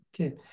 Okay